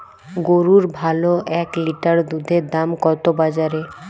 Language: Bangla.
গরুর ভালো এক লিটার দুধের দাম কত বাজারে?